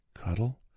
cuddle